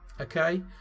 Okay